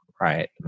right